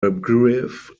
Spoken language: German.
begriff